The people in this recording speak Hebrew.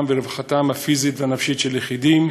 ועל רווחתם הפיזית והנפשית של יחידים,